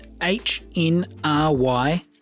H-N-R-Y